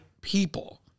people